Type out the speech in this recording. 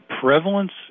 prevalence